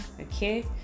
okay